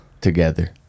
Together